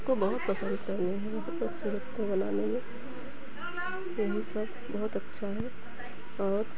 इसको बहुत पसंद करते हैं बहुत अच्छी लगती है बनाने में यही सब बहुत अच्छा है और